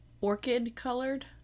Orchid-colored